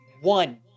one